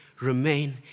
remain